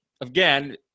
again